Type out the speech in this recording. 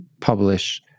publish